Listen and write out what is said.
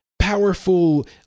powerful